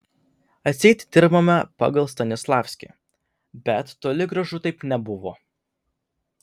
atseit dirbome pagal stanislavskį bet toli gražu taip nebuvo